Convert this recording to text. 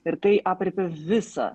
ir tai aprėpia visą